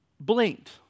blinked